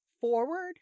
forward